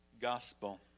gospel